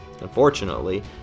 Unfortunately